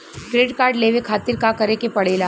Credit card लेवे खातिर का करे के पड़ेला?